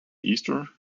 easter